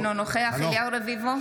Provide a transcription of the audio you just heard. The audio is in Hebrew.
אינו נוכח אליהו רביבו,